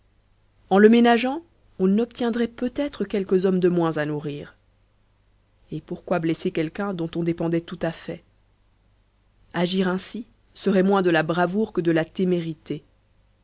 en le ménageant on obtiendrait peut-être quelques hommes de moins à nourrir et pourquoi blesser quelqu'un dont on dépendait tout à fait agir ainsi serait moins de la bravoure que de la témérité